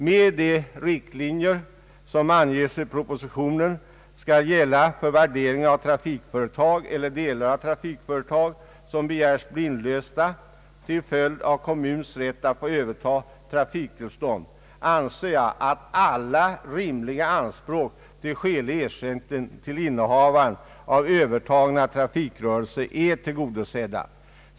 Med de riktlinjer som i propositionen anges gälla för värderingen av trafikföretag eller delar av trafikföretag, som begärts inlösta med stöd av kommuns rätt att överta trafiktillstånd, anser jag att alla rimliga anspråk på skälig ersättning till innehavare av övertagna trafikrörelser är tillgodosedda.